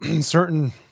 certain